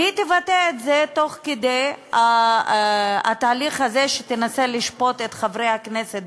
והיא תבטא את זה תוך כדי התהליך הזה שבו היא תנסה לשפוט את חברי הכנסת.